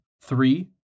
three